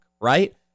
right